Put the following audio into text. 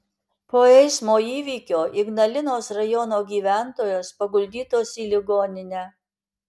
po eismo įvykio ignalinos rajono gyventojos paguldytos į ligoninę